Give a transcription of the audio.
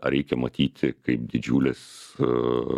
ar reikia matyti kaip didžiulės